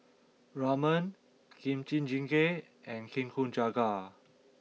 Ramen Kimchi Jjigae and Nikujaga